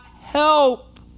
help